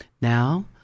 Now